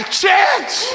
chance